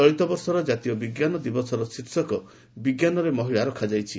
ଚଳିତବର୍ଷର କାତୀୟ ବିଜ୍ଞାନ ଦିବସର ଶୀର୍ଷକ ବିଜ୍ଞାନରେ ମହିଳା ରଖାଯାଇଛି